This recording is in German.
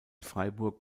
freiburg